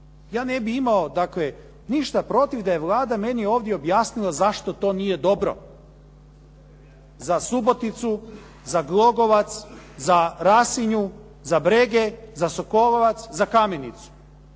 Ja ne bih imao dakle ništa protiv da je Vlada meni ovdje objasnila zašto to nije dobro za Suboticu, za Glogovac, za Rasinju, za Brege, za Sokolovac, za Kamenicu.